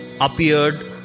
appeared